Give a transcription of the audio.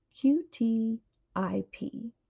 Q-T-I-P